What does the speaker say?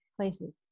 places